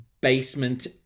basement